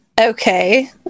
okay